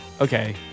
Okay